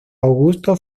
augusto